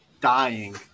dying